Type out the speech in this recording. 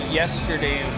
yesterday